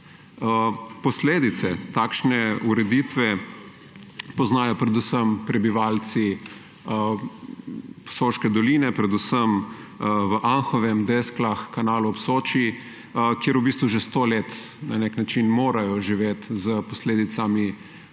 Posledice takšne ureditve poznajo predvsem prebivalci Soške doline, predvsem v Anhovem, Desklah, Kanalu ob Soči, kjer v bistvu že sto let na nek način morajo živeti s posledicami